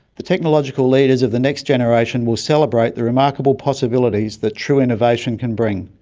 the technological leaders of the next generation will celebrate the remarkable possibilities that true innovation can bring,